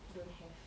don't have